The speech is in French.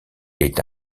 est